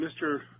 Mr